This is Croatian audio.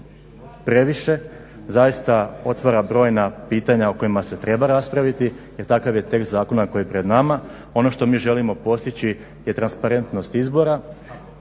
previše, zaista otvara brojna pitanja o kojima se treba raspraviti jer takav je tekst zakona koji je pred nama. Ono što mi želimo postići je transparentnost izbora.